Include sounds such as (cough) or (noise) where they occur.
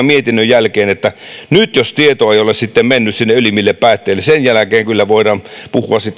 (unintelligible) mietinnön jälkeen että nyt jos tieto ei ole sitten mennyt sinne ylimmille päättäjille niin sen jälkeen kyllä voidaan jo puhua